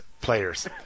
players